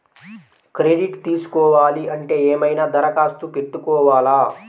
Credit తీసుకోవాలి అంటే ఏమైనా దరఖాస్తు పెట్టుకోవాలా?